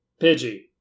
Pidgey